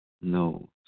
no